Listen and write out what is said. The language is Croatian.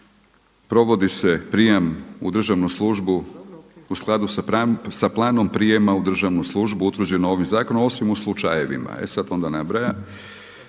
provodi se prijem u državnu službu u skladu sa planom prijama u državnu službu utvrđeno ovim zakonom osim u slučajevima, e sada onda nabraja